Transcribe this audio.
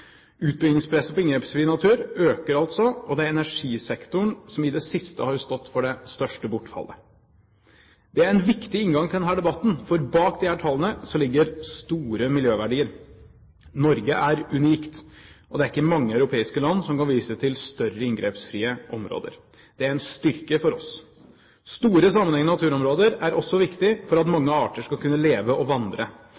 Utbyggingspresset på inngrepsfri natur øker altså, og det er energisektoren som i det siste har stått for det største bortfallet. Det er en viktig inngang til denne debatten, for bak disse tallene ligger det store miljøverdier. Norge er unikt, og det er ikke mange europeiske land som kan vise til større inngrepsfrie områder. Det er en styrke for oss. Store sammenhengende naturområder er også viktig for at